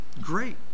great